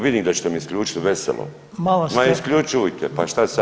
Vidim da ćete mi isključiti veselo, ma isključujte pa šta sad,